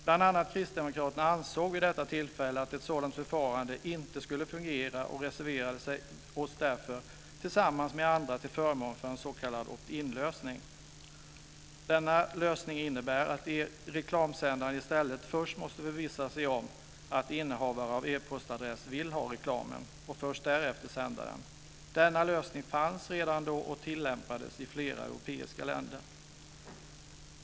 Bl.a. vi kristdemokrater ansåg vid detta tillfälle att ett sådant förfarande inte skulle fungera och reserverade oss därför tillsammans med andra till förmån för en s.k. opt in-lösning. Denna lösning innebär att reklamavsändaren först måste förvissa sig om att innehavaren av e-postadressen vill ha reklamen. Först därefter får denna sändas. Denna lösning fanns redan då och tillämpades i flera europeiska länder.